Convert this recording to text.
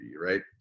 right